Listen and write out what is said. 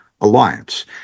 alliance